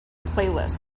playlist